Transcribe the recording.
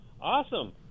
Awesome